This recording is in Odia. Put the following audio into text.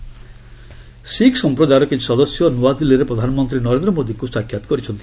ପିଏମ ଶିଖ୍ ମେମ୍ବର୍ସ ଶିଖ୍ ସମ୍ପ୍ରଦାୟର କିଛି ସଦସ୍ୟ ନୂଆଦିଲ୍ଲୀରେ ପ୍ରଧାନମନ୍ତ୍ରୀ ନରେନ୍ଦ୍ର ମୋଦିଙ୍କ ସାକ୍ଷାତ କରିଛନ୍ତି